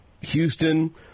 Houston